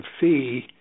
fee